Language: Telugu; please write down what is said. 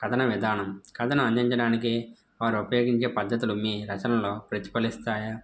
కథన విధానం కథను అందించడానికి వారు ఉపయోగించే పద్ధతులు మీ రచనలు ప్రతిఫలిస్తాయా